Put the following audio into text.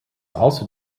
also